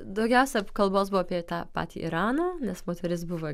daugiausia apkalbos buvo apie tą patį iraną nes moteris buvo